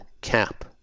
cap